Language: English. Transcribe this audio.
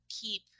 keep